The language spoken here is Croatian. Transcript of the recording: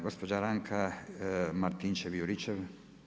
Gospođa Branka Marinčev-Juričev.